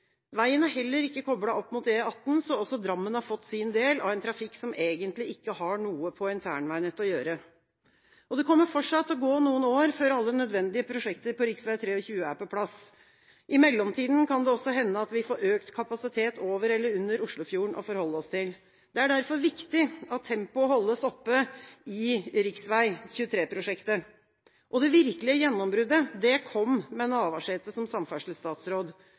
heller ikke koblet opp mot E18, så også Drammen har fått sin del av en trafikk som egentlig ikke har noe på internveinettet å gjøre. Det kommer fortsatt til å gå noen år før alle nødvendige prosjekter på rv. 23 er på plass. I mellomtida kan det også hende at vi får økt kapasitet over eller under Oslofjorden å forholde oss til. Det er derfor viktig at tempoet holdes oppe i rv. 23-prosjektet. Det virkelige gjennombruddet kom med Navarsete som samferdselsstatsråd.